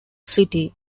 city